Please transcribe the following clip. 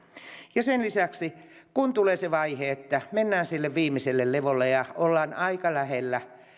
ja että sen lisäksi kun tulee se vaihe että mennään sille viimeiselle levolle ja ollaan aika lähellä